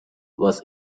was